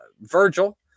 Virgil